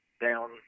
down